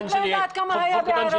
אני לא יודעת עד כמה זה היה בערבית,